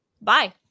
Bye